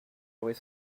aurait